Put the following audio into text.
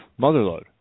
Motherload